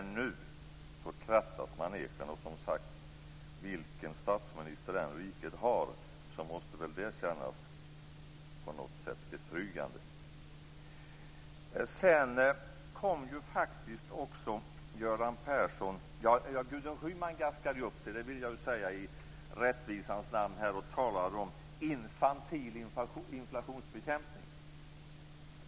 Nu krattas manegen. Vilken statsminister riket än har måste det väl kännas betryggande. Gudrun Schyman gaskade upp sig. Det måste jag i rättvisans namn säga. Hon talade om infantil inflationsbekämpning.